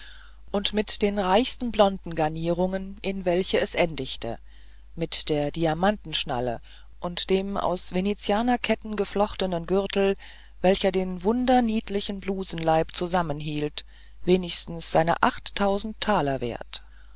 und mit der reichen blondengarnierung in welche es endigte mit der diamantenschnalle und dem aus venezianerketten geflochtenen gürtel welcher den wunderniedlichen blusenleib zusammenhielt wenigstens seine achttausend taler wert